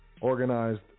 organized